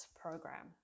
program